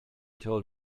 told